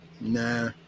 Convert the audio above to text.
nah